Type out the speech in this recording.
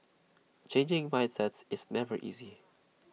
changing mindsets is never easy